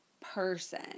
person